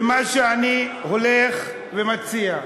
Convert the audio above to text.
במה שאני הולך ומציע.